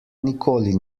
nikoli